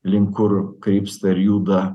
link kur krypsta ir juda